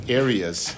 areas